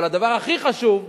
אבל הדבר הכי חשוב,